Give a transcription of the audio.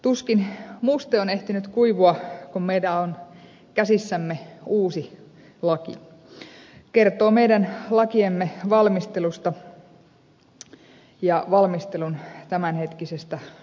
tuskin muste on ehtinyt kuivua kun meillä on käsissämme uusi laki mikä kertoo meidän lakiemme valmistelusta ja valmistelun tämänhetkisestä tilasta